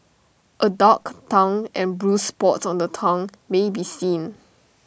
A dark tongue and bruised spots on the tongue may be seen